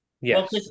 Yes